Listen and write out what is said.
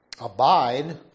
abide